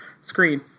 screen